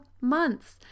months